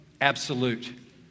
absolute